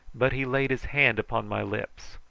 but he laid his hand upon my lips.